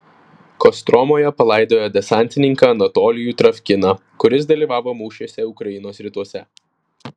kostromoje palaidojo desantininką anatolijų travkiną kuris dalyvavo mūšiuose ukrainos rytuose